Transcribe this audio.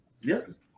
Yes